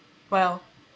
well